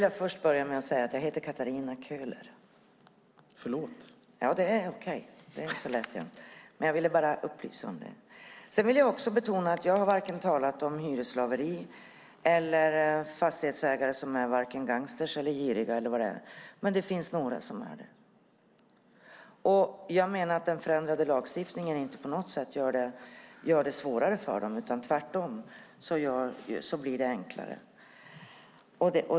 Herr talman! Jag vill betona att jag inte talat om vare sig hyresslaveri eller fastighetsägare som är gangstrar eller giriga eller vad det är, men det finns några som är det. Jag menar att den förändrade lagstiftningen inte på något sätt gör det svårare för dem, utan tvärtom blir det enklare.